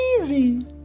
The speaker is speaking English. easy